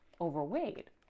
overweight